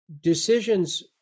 decisions